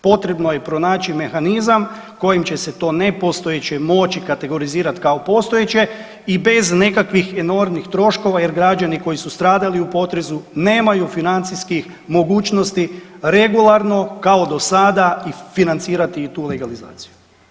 Potrebno je pronaći mehanizam kojim će se to nepostojeće moći kategorizirati kao postojeće i bez nekakvih enormnih troškova jer građani koji su stradali u potresu nemaju financijskih mogućnosti, regularno kao do sada i financirati i tu legalizaciju.